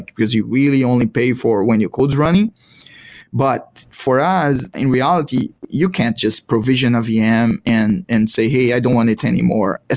you really only pay for when your code is running but for us, in reality you can't just provision a vm and and say, hey, i don't want it anymore, ah